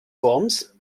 worms